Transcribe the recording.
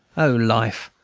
o life!